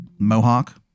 Mohawk